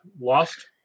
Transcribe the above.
lost